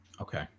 Okay